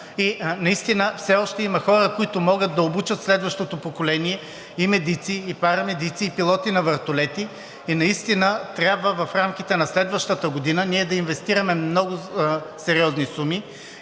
и наистина все още има хора, които могат да обучат следващото поколение – и медици, и парамедици, и пилоти на вертолети и наистина трябва в рамките на следващата година ние да инвестираме много сериозни суми